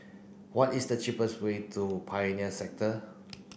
what is the cheapest way to Pioneer Sector